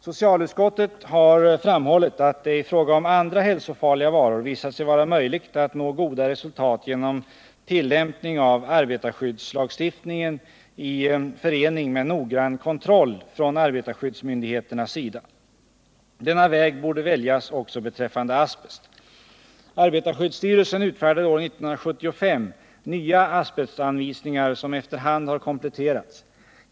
Socialutskottet har framhållit att det i fråga om andra hälsofarliga varor visat sig vara möjligt att nå goda resultat genom tillämpning av arbetarskyddslagstiftningen i förening med noggrann kontroll från arbetarskyddsmyndigheternas sida. Denna väg borde väljas också beträffande asbest. Arbetarsskyddstyrelsen utfärdade år 1975 nya asbestanvisningar som efter hand har kompletterats.